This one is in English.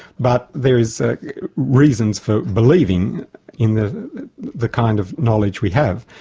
but there is reasons for believing in the the kind of knowledge we have.